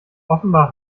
offenbar